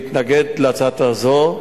העמדה היא להתנגד להצעה הזו,